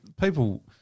People